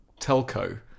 telco